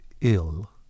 ill